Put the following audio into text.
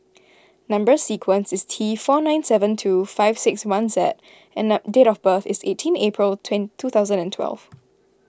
Number Sequence is T four nine seven two five six one Z and the date of birth is eighteen April twin two thousand and twelve